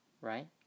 right